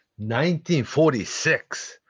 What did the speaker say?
1946